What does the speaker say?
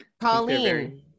colleen